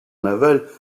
navale